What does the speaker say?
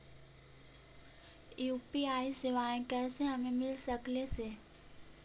UPI सेवाएं कैसे हमें मिल सकले से?